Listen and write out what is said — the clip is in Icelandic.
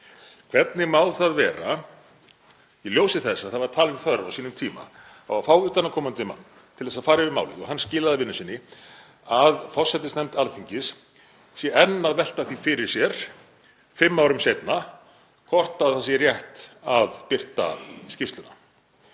Hvernig má það vera, í ljósi þess að það var talin þörf á sínum tíma á að fá utanaðkomandi mann til að fara yfir málið og hann skilaði vinnu sinni, að forsætisnefnd Alþingis sé enn að velta því fyrir sér fimm árum seinna hvort það sé rétt að birta skýrsluna?